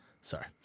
sorry